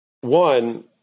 One